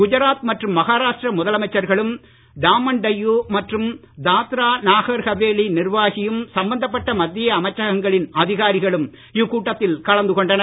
குஜராத் மற்றும் மகாராஷ்டிர முதலமைச்சர்களும் டாமன் டையூ மற்றும் தாத்ரா நாகர் ஹவேலி நிர்வாகியும் சம்பந்தப்பட்ட மத்திய அமைச்சகங்களின் அதிகாரிகளும் இக்கூட்டத்தில் கலந்து கொண்டனர்